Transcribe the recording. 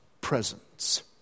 presence